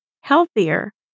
healthier